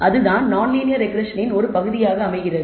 அதுதான் நான் லீனியர் ரெக்ரெஸ்ஸனின் ஒரு பகுதியாக அமைகிறது